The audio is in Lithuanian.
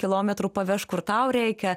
kilometrų pavežk kur tau reikia